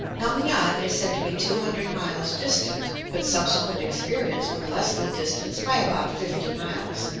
nam-ngan is said to be two hundred miles distant, but subsequent experience would lessen the distance by about fifty miles.